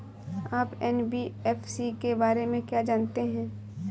आप एन.बी.एफ.सी के बारे में क्या जानते हैं?